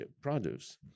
produce